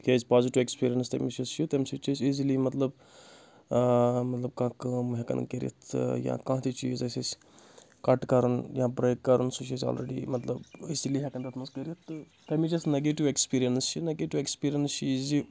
تِکیازِ positive experience تٔمِس چھُ تَمہِ سۭتۍ چھِ أسۍ ایٖزلی مطلب مطلب کانٛہہ کٲم ہؠکَان کٔرِتھ تہٕ یا کانٛہہ تہِ چیٖز ٲسۍ أسۍ کَٹ کَرُن یا برٛیک کَرُن سُہ چھِ أسۍ آلریڈی مطلب اِسی لیے ہیٚکَن تَتھ منٛز کٔرِتھ تہٕ تَمِچ یۄس نیگیٹِو ایٚکٕسپیٖریَنٕس چھِ نیٚگیٹِو ایٚکٕسپیٖریَنٕس چھِ یہِ زِ